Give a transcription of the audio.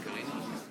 אנחנו ממשיכים עם